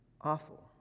awful